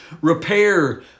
repair